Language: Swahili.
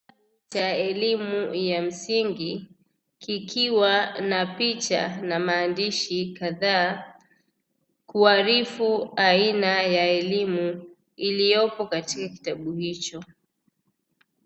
Kitabu cha elimu ya msingi kikiwa na picha na maaandishi kadhaa kuharifu aina ya elimu iliyopo katika kitabu hicho.